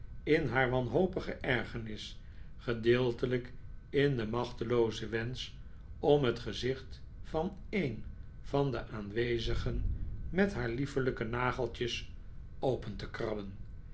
in haar wanhopige ergernis gedeeltelijk in den machteloozen wensch om het gezicht van een van de aanwezigen met haar liefelijke nageltjes open te krabben